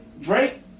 Drake